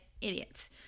idiots